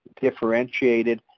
differentiated